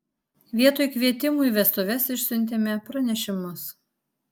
vietoj kvietimų į vestuves išsiuntėme pranešimus